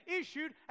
issued